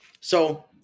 So-